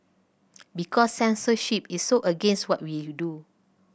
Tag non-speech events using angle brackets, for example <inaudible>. because censorship is so against what we <unintelligible> do